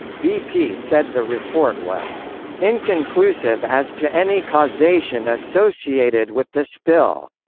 bp said the report was inconclusive as to any causation associated with the spill.